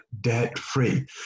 Debt-free